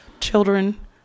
children